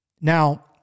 Now